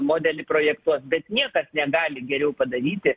modelį projektuos bet niekas negali geriau padaryti